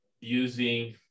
using